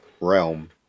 realm